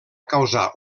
causar